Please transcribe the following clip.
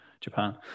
Japan